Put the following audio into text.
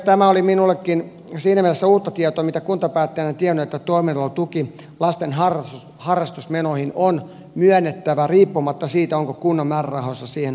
tämä oli minullekin siinä mielessä uutta tietoa mitä kuntapäättäjänä en tiennyt että toimeentulotuki lasten harrastusmenoihin on myönnettävä riippumatta siitä onko kunnan määrärahoissa siihen olemassa varoja